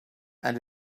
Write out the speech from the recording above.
and